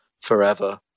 forever